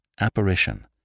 apparition